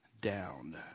down